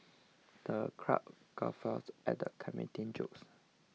the crowd guffawed at the comedian's jokes